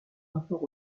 rapport